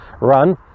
run